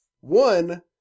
One